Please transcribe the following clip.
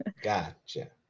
gotcha